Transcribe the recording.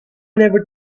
never